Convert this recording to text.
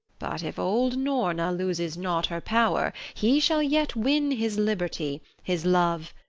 but, if old norna loses not her power, he shall yet win his liberty, his love,